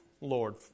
Lord